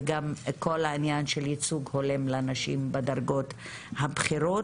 וגם כל העניין של ייצוג הולם לנשים בדרגות הבכירות,